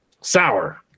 sour